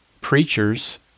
preachers